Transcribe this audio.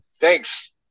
Thanks